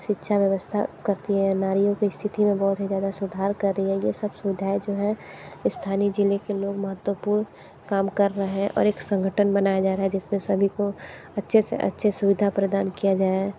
शिक्षा व्यवस्था करती है नारियों की स्थिति में बहुत ही ज़्यादा सुधार कर रही है यह सब सुविधाएँ जो हैं स्थानीय ज़िले के लोग महत्वपूर्ण काम कर रहे हैं और एक संगठन बनाया जा रहा है जिस में सभी को अच्छी से अच्छी सुविधा प्रदान किया जाए